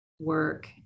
Work